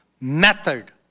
method